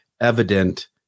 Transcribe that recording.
evident